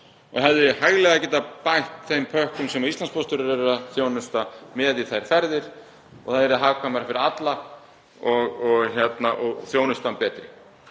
og hefðu hæglega getað bætt þeim pökkum sem Íslandspóstur er að þjónusta með í þær ferðir. Það yrði hagkvæmara fyrir alla og þjónustan betri.